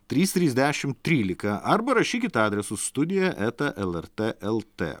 trys trys dešim trylika arba rašykit adresu studija eta lrt lt